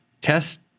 test